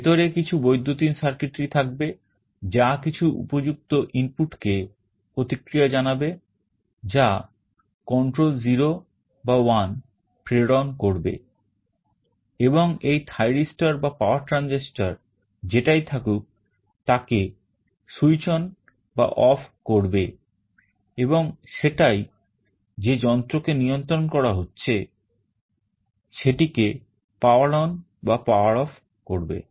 ভেতরে কিছু বৈদ্যুতিন circuitry থাকবে যা কিছু উপযুক্ত ইনপুটকে প্রতিক্রিয়া জানাবে যা control 0 বা 1 প্রেরণ করবে এবং এই thyristor বা power transistor যেটাই থাকুকতাকে switch on বা off করবে এবং সেটাই যে যন্ত্রকে নিয়ন্ত্রণ করা হচ্ছে সেটিকে power on বা off করবে